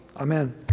Amen